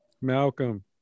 Malcolm